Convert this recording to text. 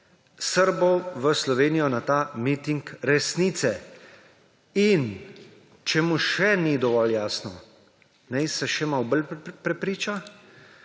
Srbov v Slovenijo na ta miting resnice. In če mu še ni dovolj jasno, naj se še malo bolj prepriča,